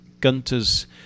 Gunter's